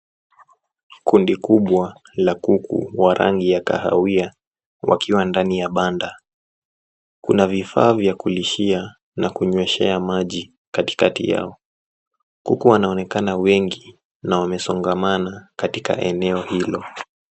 Kundi kubwa la kuku wa rangi ya kahawia wakiwa ndani ya banda. Kuna vifaa vya kulishia na kunyweshea maji katikati yao. Kuku wanaonekana wengi na wamesongamana katika eneo hilo.